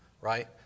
right